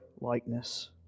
likeness